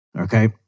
okay